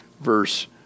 verse